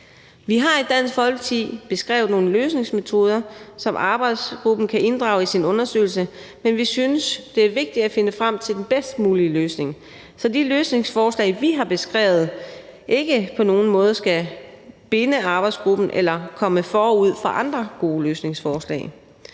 Vi har i Dansk Folkeparti beskrevet nogle løsningsforslag, som arbejdsgruppen kan inddrage i sin undersøgelse, men vi synes, det er vigtigt at finde frem til den bedst mulige løsning, så de løsningsforslag, vi har beskrevet, ikke på nogen måde skal binde arbejdsgruppen eller komme forud for andre gode løsningsforslag.